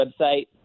website